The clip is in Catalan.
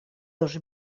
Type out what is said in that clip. dos